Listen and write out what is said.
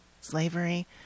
slavery